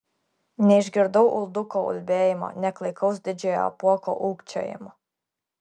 neišgirdau ulduko ulbėjimo nė klaikaus didžiojo apuoko ūkčiojimo